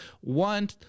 one